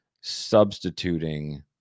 substituting